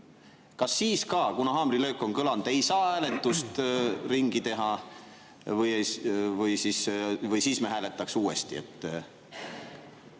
Kas siis ka, kuna haamrilöök on kõlanud, ei saa hääletust ringi teha? Või siis me hääletaks uuesti?